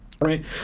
right